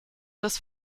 des